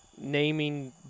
naming